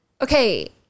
Okay